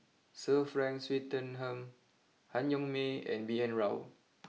Sir Frank Swettenham Han Yong May and B N Rao